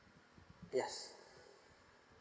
yes